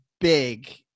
big